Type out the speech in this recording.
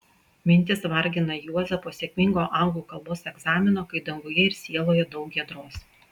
mintys vargina juozą po sėkmingo anglų kalbos egzamino kai danguje ir sieloje daug giedros